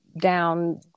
down